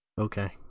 Okay